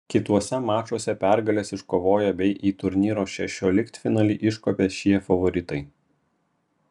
kituose mačuose pergales iškovojo bei į į turnyro šešioliktfinalį iškopė šie favoritai